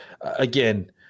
again